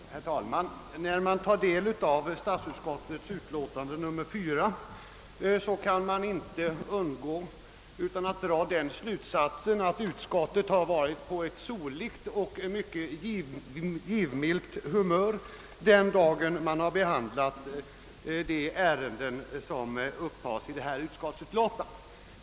Herr talman! När man tar del av statsutskottets utlåtande nr 4 kan man inte undgå att dra den slutsatsen att utskottet var på ett soligt och mycket givmilt humör den dag det behandlade de ärenden som tas upp i detta utlåtande.